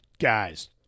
guys